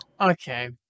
Okay